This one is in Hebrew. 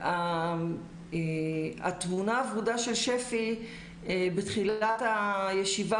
התמונה הוורודה של שפ"י בתחילת הישיבה,